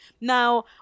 Now